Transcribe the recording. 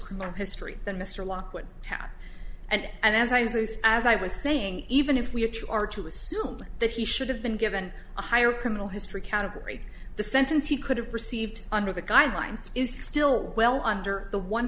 criminal history than mr lockwood pat and as i use those as i was saying even if we are to assume that he should have been given a higher criminal history category the sentence he could have received under the guidelines is still well under the one